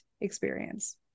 experience